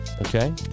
Okay